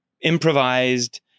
improvised